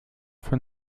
von